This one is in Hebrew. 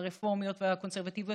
הרפורמיות והקונסרבטיביות,